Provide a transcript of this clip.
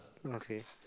okay